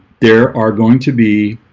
there are going to be